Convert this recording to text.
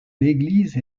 l’église